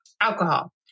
alcohol